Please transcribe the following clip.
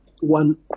one